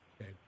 Okay